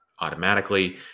automatically